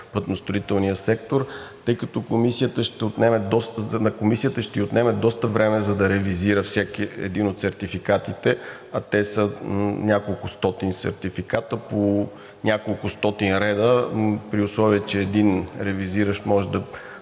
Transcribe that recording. пътностроителния сектор. Тъй като на Комисията ще ѝ отнеме доста време, за да ревизира всеки един от сертификатите, а те са няколкостотин сертификата, по няколкостотин реда, при условие че един ревизиращ може да